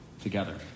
together